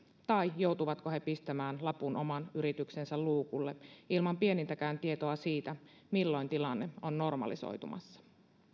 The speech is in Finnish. tai joutuvatko he pistämään lapun oman yrityksensä luukulle ilman pienintäkään tietoa siitä milloin tilanne on normalisoitumassa